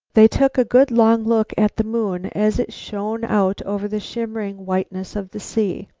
they took a good long look at the moon as it shone out over the shimmering whiteness of the sea.